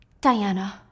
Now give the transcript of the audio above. Diana